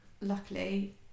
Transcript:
luckily